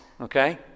okay